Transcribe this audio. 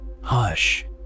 Hush